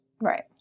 right